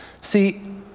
See